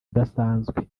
udasanzwe